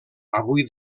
avui